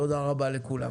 תודה רבה לכולם.